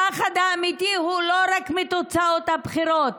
הפחד האמיתי הוא לא רק מתוצאות הבחירות.